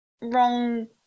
wrong